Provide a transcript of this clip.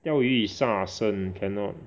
钓鱼杀生 cannot